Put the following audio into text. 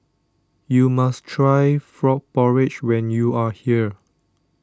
you must try Frog Porridge when you are here